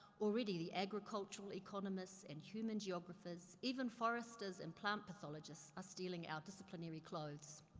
already the agricultural economists, and human geographers, even foresters and plant pathologists are stealing our disciplinary clothes.